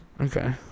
Okay